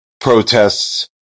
protests